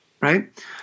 right